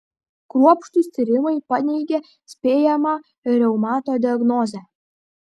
kruopštūs tyrimai paneigė spėjamą reumato diagnozę